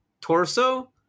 torso